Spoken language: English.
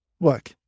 look